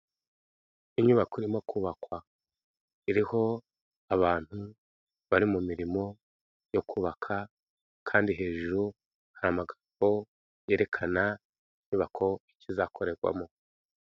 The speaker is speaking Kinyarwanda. Inyubako irimo kubakwa iriho abantu bari mu mirimo yo kubaka, kandi hejuru hari amagambo yerekana inyubako ikizakorerwamo.